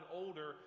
older